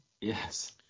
Yes